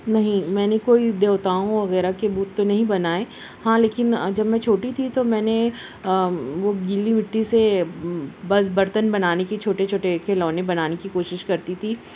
نہیں میں نے کوئی دیوتاؤں وغیرہ کے بت تو نہیں بنائے ہاں لیکن جب میں چھوٹی تھی تو میں نے وہ گیلی مٹی سے بس برتن بنانے کی چھوٹے چھوٹے کھلونے بنانے کی کوشش کرتی تھی